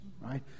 right